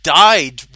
died